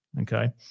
Okay